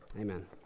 Amen